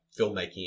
filmmaking